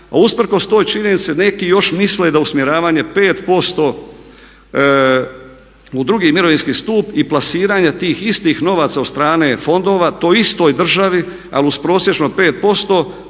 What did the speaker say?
usprkos toj činjenici da neki još misle da još usmjeravanje 5% u drugi mirovinski stup i plasiranje tih istih novaca od strane fondova toj istoj državi ali uz prosječno 5%